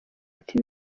ati